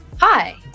Hi